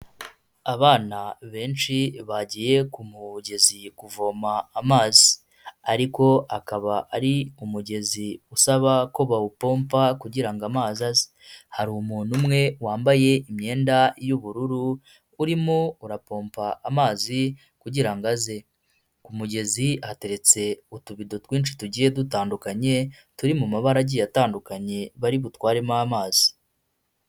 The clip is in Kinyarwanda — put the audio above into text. Abana benshi bagiye ku mugezi kuvoma amazi, ariko akaba ari umugezi usaba ko bawupompa kugira ngo amazi aze. Hari umuntu umwe wambaye imyenda y'ubururu urimo urapompa amazi kugira ngo aze, ku mugezi hateretse utubido twinshi tugiye dutandukanye, turi mu mabara agiye atandukanye bari butwaremo amazi.